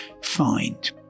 find